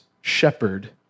shepherd